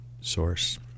source